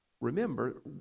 remember